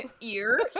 Ear